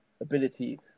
ability